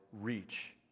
reach